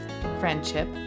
friendship